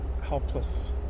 helpless